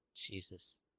Jesus